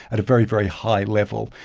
at a very, very high level,